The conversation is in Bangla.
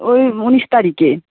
ওই উনিশ তারিখে